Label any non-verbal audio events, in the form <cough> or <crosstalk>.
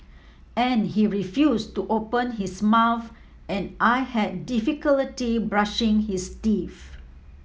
and he refuse to open his mouth and I had <unintelligible> brushing his teeth